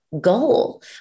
goal